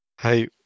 Hey